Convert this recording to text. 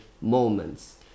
moments